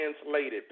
translated